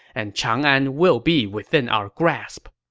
and chang'an will be within our grasp.